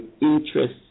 interest